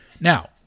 Now